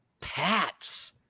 pats